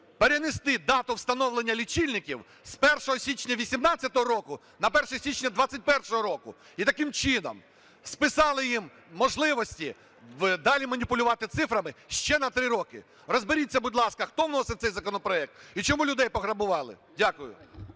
перенести дату встановлення лічильників з 1 січня 18-го року на 1 січня 21-го року, і таким чином списали їм можливості далі маніпулювати цифрами ще на три роки. Розберіться, будь ласка, хто вносив цей законопроект і чому людей пограбували. Дякую.